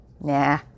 Nah